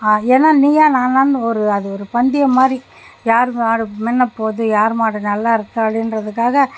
ஏன்னால் நீயா நானான்னு ஒரு அது ஒரு பந்தயம் மாதிரி யார் மாடு முன்னே போது யார் மாடு நல்லா இருக்கா இல்லையான்றதுக்காக